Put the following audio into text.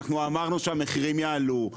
אמרנו שהמחירים יעלו,